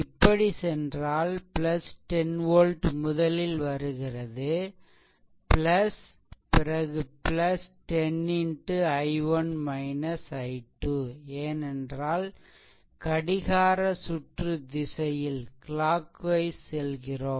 இப்படி சென்றால் 10 volt முதலில் வருகிறது பிறகு 10 x i1 i2 ஏனென்றால் கடிகார சுற்று திசையில் செல்கிறோம்